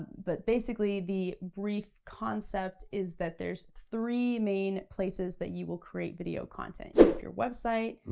but basically, the brief concept is that there's three main places that you will create video content. you have your website,